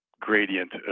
gradient